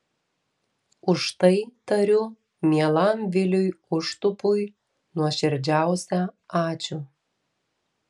už tai tariu mielam viliui užtupui nuoširdžiausią ačiū